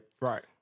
Right